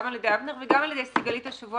גם על-ידי אבנר וגם על-ידי סיגלית השבוע